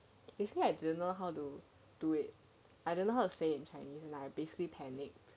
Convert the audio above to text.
basically I didn't know how to do it I don't know how to say in chinese lah basically panic